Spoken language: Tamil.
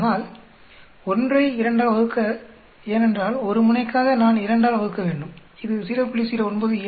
அதனால் 1 ஐ 2 ஆல் வகுக்க ஏனென்றால் ஒரு முனைக்காக நான் 2 ஆல் வகுக்க வேண்டும் இது 0